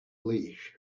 leash